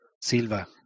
Silva